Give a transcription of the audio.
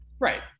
Right